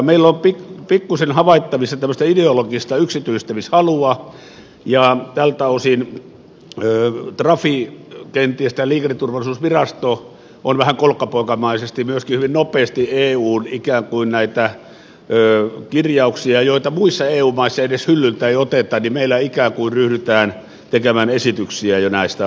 meillä on pikkuisen havaittavissa tällaista ideologista yksityistämishalua ja tältä osin trafi tämä liikenteen turvallisuusvirasto kenties on vähän kolkkapoikamaisesti myöskin hyvin nopeasti eun ikään kuin näitä kirjauksia joita muissa eu maissa edes hyllyltä ei oteta meillä ikään kuin ryhdytään jo tekemään esityksiä näistä asioista